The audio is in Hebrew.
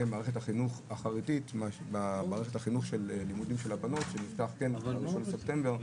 מערכת החינוך החרדית של הבנות שנפתחת ב-1 בספטמבר,